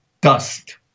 dust